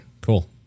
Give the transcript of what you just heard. cool